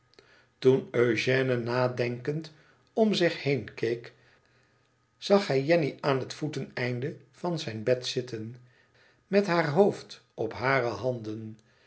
toen eugène nadenkend om zich heen keek zag hij jenny aan het voeteneinde van zijn bed zitten met haar hoofd op hare handen